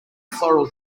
floral